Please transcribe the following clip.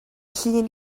llun